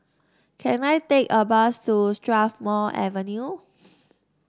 can I take a bus to Strathmore Avenue